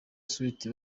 sweety